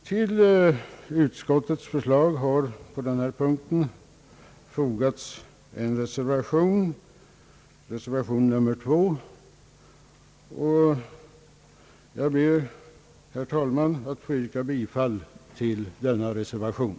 Till utskottets förslag har på denna punkt fogats reservation nr 2, och jag ber, herr talman, att få yrka bifall till denna reservation.